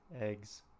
Eggs